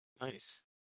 Nice